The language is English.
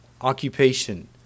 occupation